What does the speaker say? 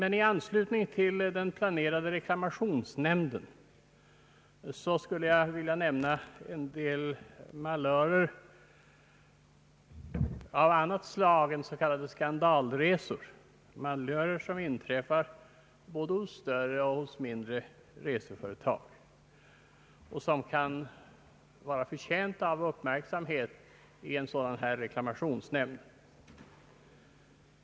I anslutning till den planerade reklamationsnämnden skulle jag vilja nämna en del malörer av annat slag än s.k. skandalresor, malörer som har inträffat hos både större och mindre reseföretag och som kan vara förtjänta av uppmärksamhet i en sådan här reklamationsnämnd.